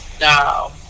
Now